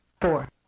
four